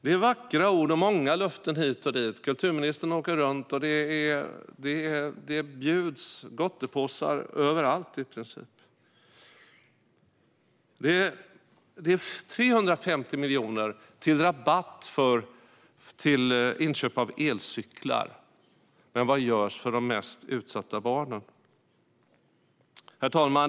Det är vackra ord och många löften hit och dit. Kulturministern åker runt, och det bjuds gottepåsar i princip överallt. Det är 350 miljoner till rabatter för inköp av elcyklar, men vad görs för de mest utsatta barnen? Herr talman!